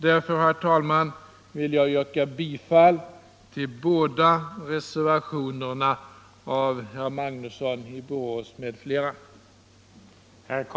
Därför, herr talman, vill jag yrka bifall till båda reservationerna av herr Magnusson i Borås m.fl.